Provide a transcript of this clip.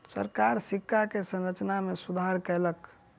सरकार सिक्का के संरचना में सुधार कयलक